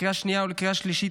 לקריאה שנייה ולקריאה שלישית,